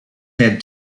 had